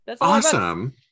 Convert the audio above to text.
Awesome